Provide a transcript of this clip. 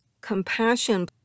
compassion